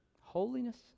Holiness